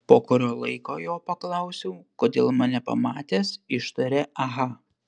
po kurio laiko jo paklausiau kodėl mane pamatęs ištarė aha